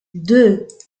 deux